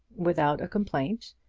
without a complaint,